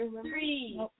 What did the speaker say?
three